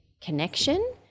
connection